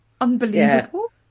unbelievable